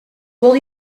will